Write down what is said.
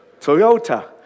Toyota